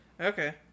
Okay